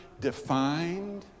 defined